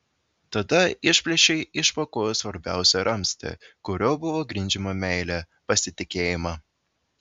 tada išplėšei iš po kojų svarbiausią ramstį kuriuo buvo grindžiama meilė pasitikėjimą